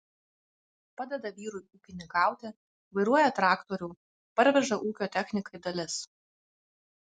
padeda vyrui ūkininkauti vairuoja traktorių parveža ūkio technikai dalis